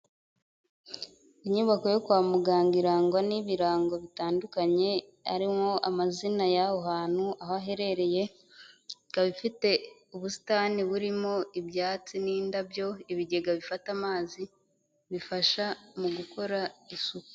Inyubako yo kwa muganga irangwa n'ibirango bitandukanye, harimo amazina y'aho hantu aho aherereye, ikaba ifite ubusitani burimo ibyatsi n'indabyo, ibigega bifata amazi bifasha mu gukora isuku.